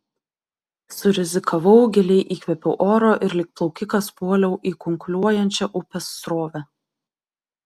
surizikavau giliai įkvėpiau oro ir lyg plaukikas puoliau į kunkuliuojančią upės srovę